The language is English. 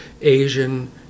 Asian